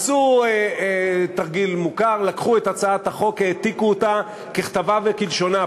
עשו תרגיל מוכר: לקחו את הצעת החוק והעתיקו אותה ככתבה וכלשונה,